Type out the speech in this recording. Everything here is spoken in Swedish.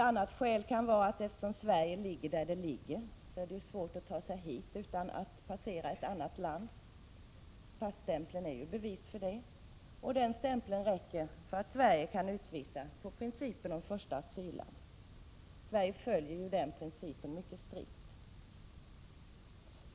En annan förklaring kan vara att eftersom Sverige ligger där det ligger är det svårt att ta sig hit utan att passera ett annat land. Passtämpeln är ju bevis för det. Den stämpeln räcker för att Sverige skall kunna utvisa enligt principen om första asylland. Sverige följer ju den principen mycket strikt.